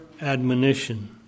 admonition